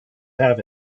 have